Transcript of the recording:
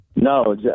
No